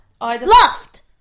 Loft